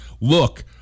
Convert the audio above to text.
look